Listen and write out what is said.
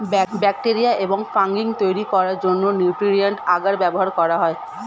bacteria এবং fungi তৈরি করার জন্য নিউট্রিয়েন্ট আগার ব্যবহার করা হয়